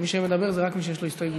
מי שמדבר זה רק מי שיש לו הסתייגות.